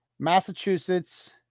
Massachusetts